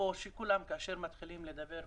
כאשר כולם מתחילים לדבר,